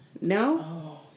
No